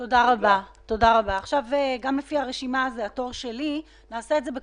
זו הייתה הפעילות, בהתאם לזה לקבל